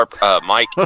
Mike